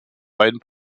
beiden